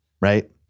right